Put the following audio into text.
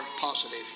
positive